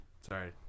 Sorry